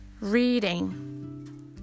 Reading